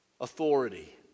authority